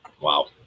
Wow